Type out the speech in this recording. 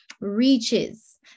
reaches